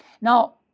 Now